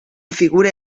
figure